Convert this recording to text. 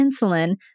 insulin